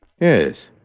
Yes